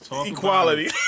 Equality